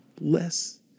less